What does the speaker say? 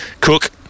Cook